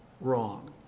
wrong